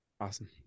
Awesome